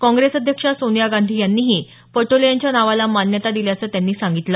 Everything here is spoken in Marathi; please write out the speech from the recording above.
काँग्रेस अध्यक्षा सोनिया गांधी यांनीही पटोले यांच्या नावाला मान्यता दिल्याचं त्यांनी सांगितलं